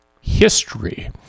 history